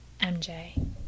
MJ